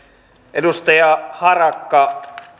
edustaja harakka